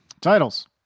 titles